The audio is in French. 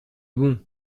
bon